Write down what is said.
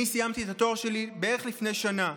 אני סיימתי את התואר שלי בערך לפני שנה.